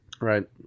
Right